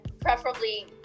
preferably